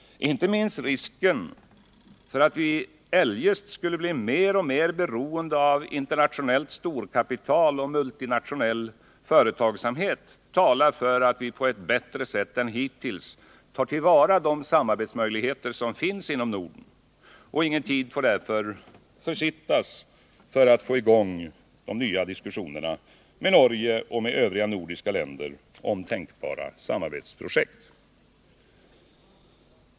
Inte minst risken för att vi annars blir mer och mer beroende av internationellt storkapital och multinationell företagsamhet talar för att vi på ett bättre sätt än hittills måste ta till vara de samarbetsmöjligheter som finns i Norden. Ingen tid får därför försittas att få i gång nya diskussioner med Norge och övriga nordiska länder om tänkbara samarbetsprojekt.